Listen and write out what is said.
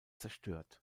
zerstört